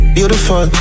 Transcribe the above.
Beautiful